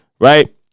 right